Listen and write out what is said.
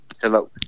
hello